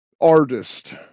artist